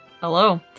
Hello